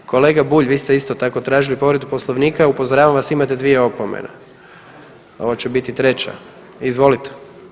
Kolega Bulj, vi ste isto tako tražili povredu Poslovnika, upozoravam vas imate dvije opomene, ovo će biti treća, izvolite.